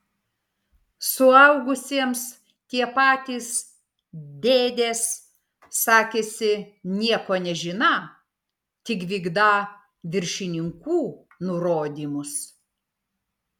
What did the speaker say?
suaugusiems tie patys dėdės sakėsi nieko nežiną tik vykdą viršininkų nurodymus